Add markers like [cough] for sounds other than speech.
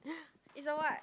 [breath] is a what